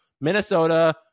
Minnesota